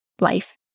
life